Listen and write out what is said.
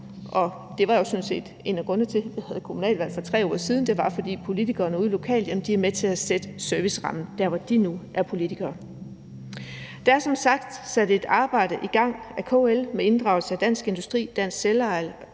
siden. En af grundene til det er jo sådan set, at politikerne ude lokalt er med til at sætte servicerammen der, hvor de nu er politikere. Der er som sagt sat et arbejde i gang af KL med inddragelse af Dansk Industri, Dansk Selveje